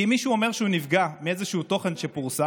כי אם מישהו אומר שהוא נפגע מאיזשהו תוכן שפורסם,